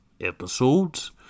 episodes